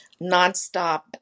nonstop